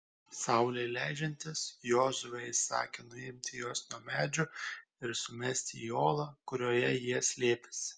saulei leidžiantis jozuė įsakė nuimti juos nuo medžių ir sumesti į olą kurioje jie slėpėsi